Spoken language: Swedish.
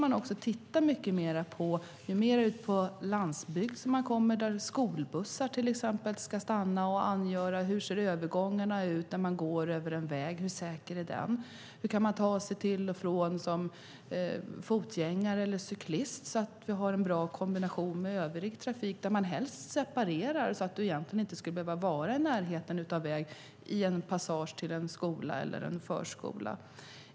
Man tittar nu alltmer på hur det ser ut på landsbygden där exempelvis skolbussar stannar: Hur ser övergången ut, om man ska ta sig över en väg, och hur säker är den? Hur kan man som fotgängare eller cyklist ta sig till och från platsen, så kombinationen med övrig trafik blir bra? Helst vill man ju separera trafiken, så att man inte ska behöva vara i närheten av en väg i en passage till en skola eller en förskola.